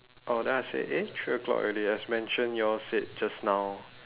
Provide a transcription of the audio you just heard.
oh then one I say eh three o-clock ready as mentioned you all said just now